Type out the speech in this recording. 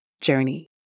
journey